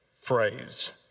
phrase